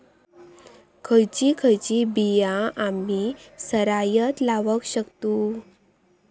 खयची खयची बिया आम्ही सरायत लावक शकतु?